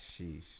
Sheesh